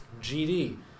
GD